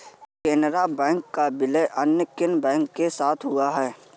Canara bank का विलय अन्य किन बैंक के साथ हुआ है?